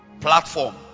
platform